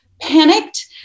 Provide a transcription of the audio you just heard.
panicked